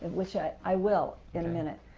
which i i will, in a minute.